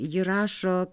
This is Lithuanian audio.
ji rašo